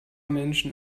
menschen